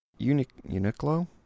Uniqlo